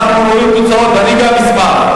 אנחנו רואים תוצאות, ואני גם אשמח.